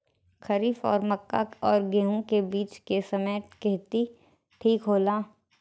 खरीफ और मक्का और गेंहू के बीच के समय खेती ठीक होला?